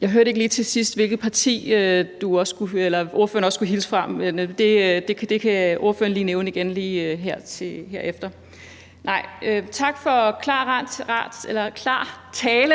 Jeg hørte ikke lige til sidst, hvilket parti ordføreren skulle hilse fra, men det kan ordføreren lige nævne igen her bagefter. Tak for klar tale